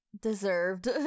deserved